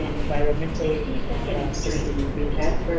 environmental sustainability.